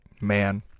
man